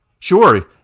Sure